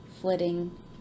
flitting